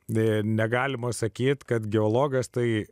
deja negalima sakyti kad geologas tai